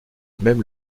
même